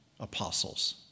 apostles